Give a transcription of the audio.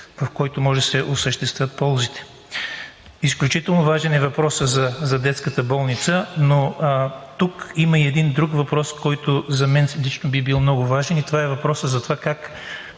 в който може да се осъществят ползите. Изключително важен е въпросът за детската болница, но тук има и един друг въпрос, който за мен лично би бил много важен, и това е въпросът за това как